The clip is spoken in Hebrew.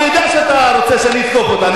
אני יודע שאתה רוצה שאני אתקוף אותה,